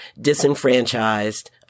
disenfranchised